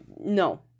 no